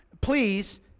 Please